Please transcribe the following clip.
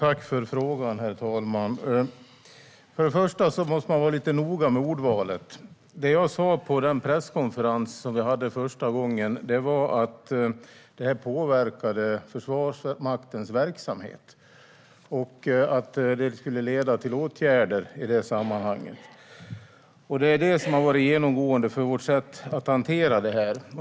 Herr talman! Jag tackar för frågan. Man måste vara noga med ordvalet. Det jag sa på den presskonferens som vi hade första gången var att det här påverkade Försvarsmaktens verksamhet och att det skulle leda till åtgärder i det sammanhanget. Det är det som har varit genomgående i vårt sätt att hantera det här.